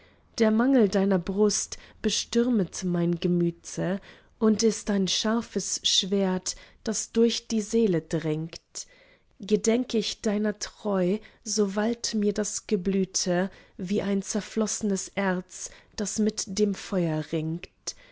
der mangel deiner brust bestürmet mein gemüte und ist ein scharfes schwert das durch die seele dringt gedenk ich deiner treu so wallt mir das geblüte wie ein zerfloss'nes erz das mit dem feuer ringt